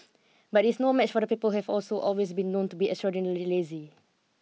but it is no match for the people have also always been known to beextraordinarilylazy